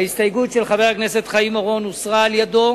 ההסתייגות של חבר הכנסת חיים אורון הוסרה על-ידו